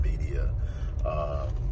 media